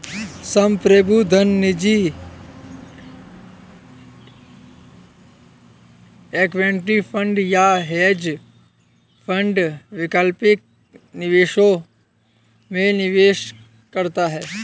संप्रभु धन निजी इक्विटी फंड या हेज फंड वैकल्पिक निवेशों में निवेश करता है